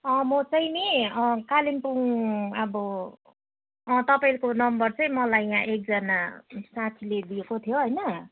अँ म चाहिँ नि अँ कालिम्पोङ अब अँ तपाईँको नम्बर चाहिँ मलाई यहाँ एकजना साथीले दिएको थियो होइन